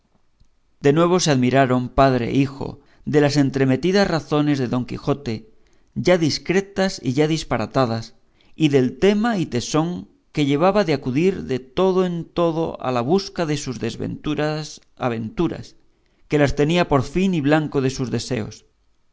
de nuevo se admiraron padre y hijo de las entremetidas razones de don quijote ya discretas y ya disparatadas y del tema y tesón que llevaba de acudir de todo en todo a la busca de sus desventuradas aventuras que las tenía por fin y blanco de sus deseos